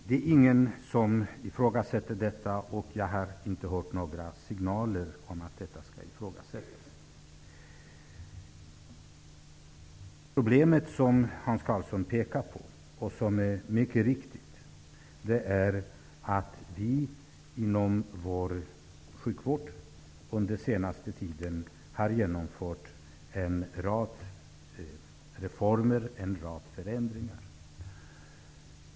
Det är ingen som ifrågasätter detta. Jag har inte hört några signaler om att detta skall ifrågasättas. Problemet som Hans Karlsson pekar på, vilket är mycket riktigt, är att vi inom vår sjukvård under den senaste tiden har genomfört en rad reformer, en rad förändringar.